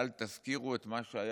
אל תזכירו את מה שהיה